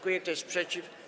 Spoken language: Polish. Kto jest przeciw?